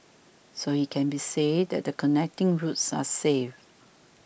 so it can be said that the connecting routes are safe